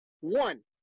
One